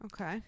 Okay